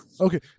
Okay